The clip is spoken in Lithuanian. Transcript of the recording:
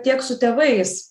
tiek su tėvais